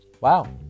wow